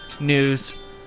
news